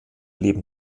leben